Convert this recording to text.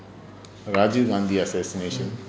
rajiv ghandhi assassination